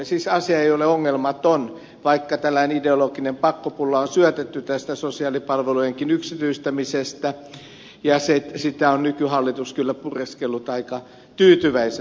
siis asia ei ole ongelmaton vaikka tällainen ideologinen pakkopulla on syötetty tästä sosiaalipalvelujenkin yksityistämisestä ja sitä on nykyhallitus kyllä pureskellut aika tyytyväisenä